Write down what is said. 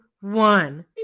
one